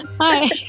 hi